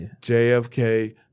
JFK